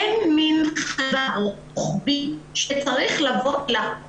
אין דרג רוחבי שצריך להחליט.